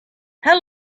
how